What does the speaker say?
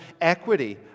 equity